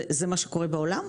זה מה שקורה בעולם?